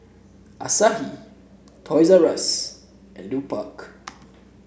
Asahi Toys R Us and Lupark